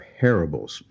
parables